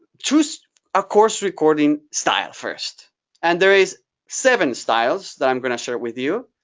just a course recording style first and there is seven styles that i'm going to share with you.